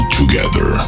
together